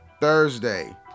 Thursday